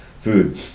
food